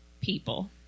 people